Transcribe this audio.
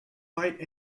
write